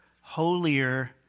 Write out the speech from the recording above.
holier